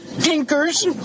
tinkers